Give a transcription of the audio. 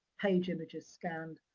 page images scanned,